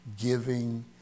giving